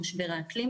את משרד התחבורה,